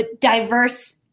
diverse